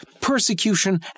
persecution